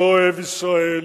לא אוהב ישראל,